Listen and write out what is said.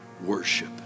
worship